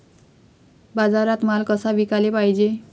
बाजारात माल कसा विकाले पायजे?